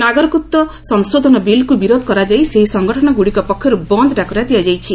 ନାଗରିକତ୍ୱ ସଂଶୋଧନ ବିଲ୍କୁ ବିରୋଧ କରାଯାଇ ସେହି ସଂଗଠନଗୁଡିକ ପକ୍ଷରୁ ବନ୍ଦ ଡାକରା ଦିଆଯାଇଛି